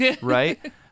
right